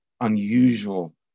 unusual